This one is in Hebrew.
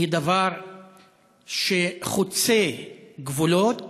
היא דבר שחוצה גבולות